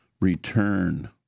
return